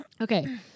Okay